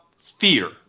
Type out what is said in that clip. fear